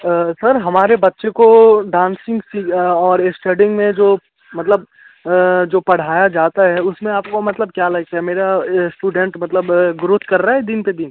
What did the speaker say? sir sir हमारे बच्चे को डांसिंग और स्टडिंग में जो मतलब जो पढ़ाया जाता है उस में आपको मतलब क्या लगते है मेरा स्टूडेंट मतलब ग्रोथ कर रहा है दिन पे दिन